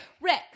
Rick